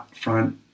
front